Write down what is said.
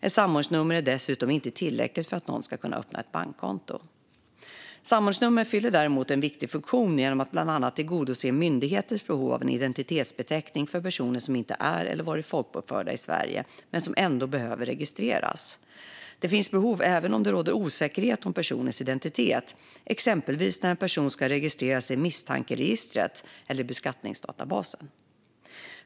Ett samordningsnummer är dessutom inte tillräckligt för att någon ska kunna öppna ett bankkonto. Samordningsnummer fyller däremot en viktig funktion genom att bland annat tillgodose myndigheters behov av en identitetsbeteckning för personer som inte är eller har varit folkbokförda i Sverige men som ändå behöver registreras. Det finns behov även om det råder osäkerhet om personens identitet, exempelvis när en person ska registreras i misstankeregistret eller i beskattningsdatabasen.